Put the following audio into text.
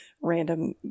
random